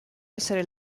essere